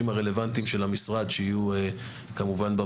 הרלוונטיים של המשרד שיהיו בוועדה,